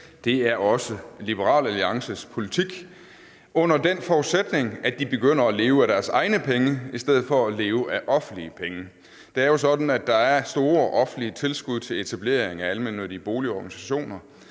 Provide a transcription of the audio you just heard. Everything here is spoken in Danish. Det er også Liberal Alliances politik under den forudsætning, at de begynder at leve af deres egne penge i stedet for at leve af offentlige penge. Det er jo sådan, at der er store offentlige tilskud til etablering af almennyttige boligorganisationer,